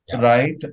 right